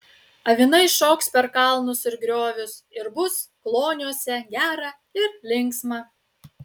avinai šoks per kalnus ir griovius ir bus kloniuose gera ir linksma